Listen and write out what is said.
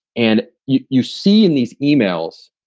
and you you see in these emails,